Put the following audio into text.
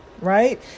right